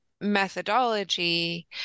methodology